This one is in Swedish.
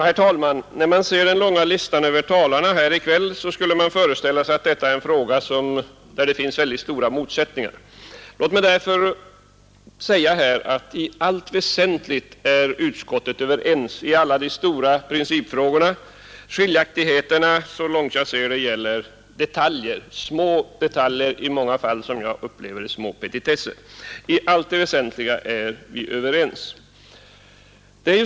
Herr talman! När man ser den långa listan över talare här i kväll skulle man kunna föreställa sig att detta är ett ärende där det finns stora motsättningar. Låt mig därför säga att utskottet i allt väsentligt är enigt i de stora principfrågorna. Skiljaktigheterna — så långt jag ser det — gäller detaljer, i många fall små detaljer som jag uppfattar som petitesser.